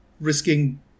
risking